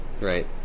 Right